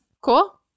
Cool